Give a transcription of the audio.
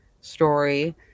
story